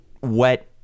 wet